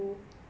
ya